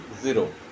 zero